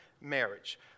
marriage